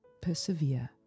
Persevere